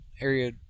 area